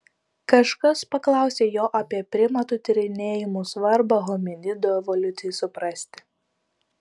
kažkas paklausė jo apie primatų tyrinėjimų svarbą hominidų evoliucijai suprasti